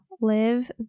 live